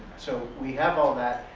so we have all that.